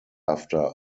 after